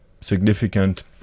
significant